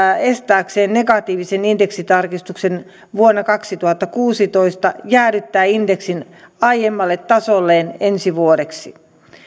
estääkseen negatiivisen indeksitarkistuksen vuonna kaksituhattakuusitoista jäädyttää indeksin aiemmalle tasolleen ensi vuodeksi